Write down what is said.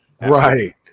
Right